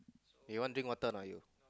eh want drink water or not you